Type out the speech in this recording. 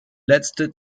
letzte